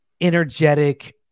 energetic